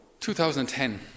2010